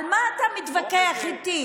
על מה אתה מתווכח איתי,